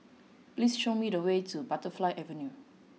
please show me the way to Butterfly Avenue